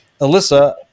Alyssa